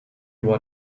what